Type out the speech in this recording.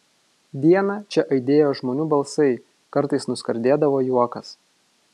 dieną čia aidėjo žmonių balsai kartais nuskardėdavo juokas